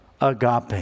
agape